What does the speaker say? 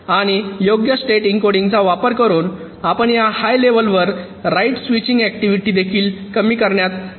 आणि योग्य स्टेट एन्कोडिंगचा वापर करून आपण या हाय लेव्हलवर राइट स्विचिंग ऍक्टिव्हिटी देखील कमी करण्यात एबल आहोत